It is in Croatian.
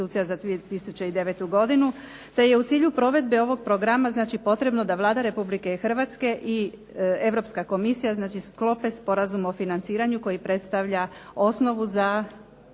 Hrvatske i Europska komisija sklope sporazum o financiranju koji predstavlja osnovu za